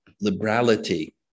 liberality